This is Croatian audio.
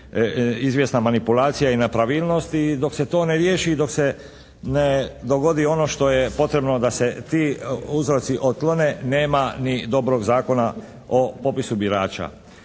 izvjesna manipulacija i nepravilnosti i dok se to ne riješi i dok se ne dogodi ono što je potrebno da se ti uzroci otklone, nema ni dobrog Zakona o popisu birača.